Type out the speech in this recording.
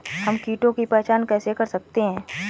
हम कीटों की पहचान कैसे कर सकते हैं?